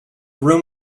room